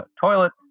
toilet